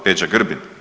Peđa Grbin.